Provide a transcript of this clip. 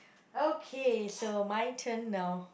okay so my turn now